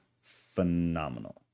phenomenal